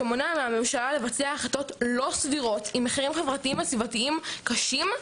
שמונע מהממשלה לבצע החלטות לא סבירות עם מחירים חברתיים וסביבתיים קשים,